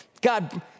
God